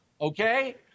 Okay